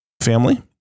family